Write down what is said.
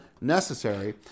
necessary